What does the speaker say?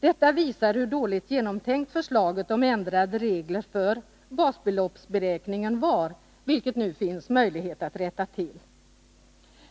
Detta visar hur dåligt genomtänkt förslaget om ändrade regler för basbeloppsberäkningen var, vilket det nu finns möjlighet att rätta till.